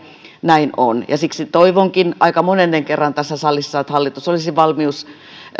näin on siksi toivonkin aika monennen kerran tässä salissa että hallitus olisi valmis